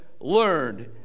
learned